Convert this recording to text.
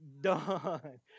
done